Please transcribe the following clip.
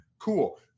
Cool